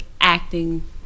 acting